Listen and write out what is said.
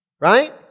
Right